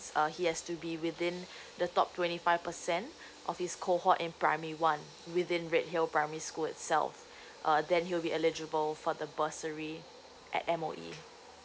uh he has to be within the top twenty five percent of his cohort in primary one within redhill primary school itself uh then he'll be eligible for the bursary at M_O_E